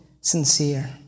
sincere